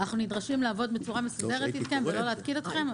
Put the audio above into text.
אנחנו נדרשים לעבוד בצורה מסודרת ולא להתקיל אתכם,